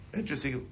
interesting